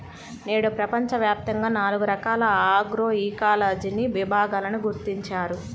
నేడు ప్రపంచవ్యాప్తంగా నాలుగు రకాల ఆగ్రోఇకాలజీని విభాగాలను గుర్తించారు